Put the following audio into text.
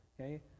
okay